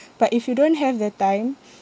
but if you don't have the time